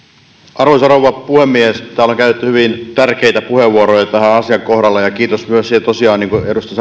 arvoisa rouva puhemies täällä on käytetty hyvin tärkeitä puheenvuoroja tälle asiakohdalle tosiaan edustaja